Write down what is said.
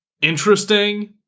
interesting